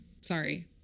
sorry